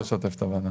תודה.